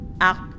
act